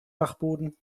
dachboden